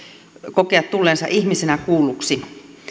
kokea tulleensa ihmisenä kuulluksi